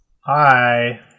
hi